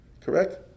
Correct